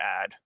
add